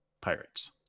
Pirates